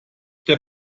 der